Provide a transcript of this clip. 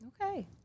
Okay